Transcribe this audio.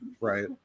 Right